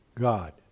God